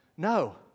No